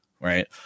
right